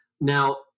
now